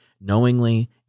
Knowingly